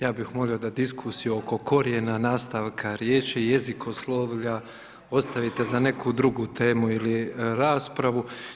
Ja bih molio da diskusiju oko korijena, nastavka riječi, jezikoslovlja ostavite za neku drugu temu ili raspravu.